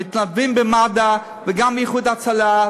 המתנדבים במד"א ו"איחוד הצלה",